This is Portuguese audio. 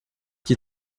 que